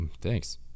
thanks